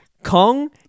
Kong